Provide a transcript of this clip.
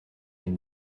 can